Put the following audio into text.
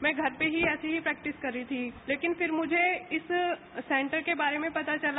मैं घर में ही ऐसे ही प्रैक्टिस कर रही थी लेकिन फिर मुझे एक सेन्टर के बारे में पता चला